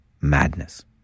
madness